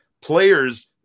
players –